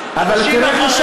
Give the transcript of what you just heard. האווירית,